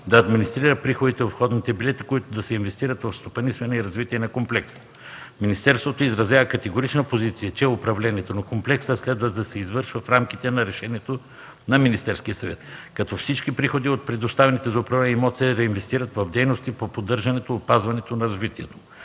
да администрира приходите от входните билети, които да се инвестират в стопанисване и развитие на комплекса. В министерството категоричната позиция е, че управлението на комплекса следва да се извършва в рамките на решението на Министерския съвет, като всички приходи от предоставените за управление имоти се реинвестират в дейности по поддържането, опазването и развитието.